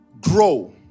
grow